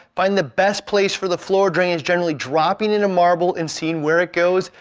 finding the best place for the floor drain is generally dropping in a marble and seeing where it goes.